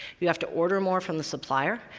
you have to order more from the supplier,